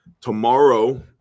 tomorrow